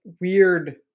weird